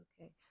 okay